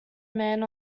man